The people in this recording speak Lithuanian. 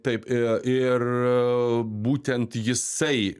taip ir ir būtent jisai